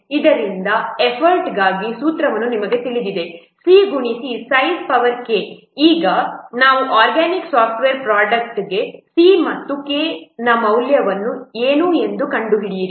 ಆದ್ದರಿಂದ ಈಗ ಎಫರ್ಟ್ಗಾಗಿ ಸೂತ್ರವು ನಿಮಗೆ ತಿಳಿದಿದೆ c ಗುಣಿಸು ಸೈಜ್ ಪವರ್ k ಈಗ ನಾವು ಆರ್ಗ್ಯಾನಿಕ್ ಸಾಫ್ಟ್ವೇರ್ ಪ್ರೊಡಕ್ಟ್ಗೆ c ಮತ್ತು kಯ ಮೌಲ್ಯ ಏನು ಎಂದು ಕಂಡುಹಿಡಿಯಿರಿ